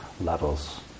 levels